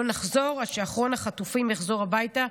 לא נחזור עד שאחרון החטופים יחזור הביתה,